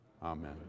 Amen